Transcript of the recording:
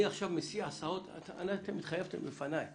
אני עכשיו מסיע הסעות ואתם התחייבתם בפניי